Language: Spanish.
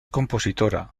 compositora